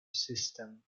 system